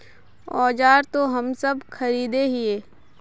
औजार तो हम सब खरीदे हीये?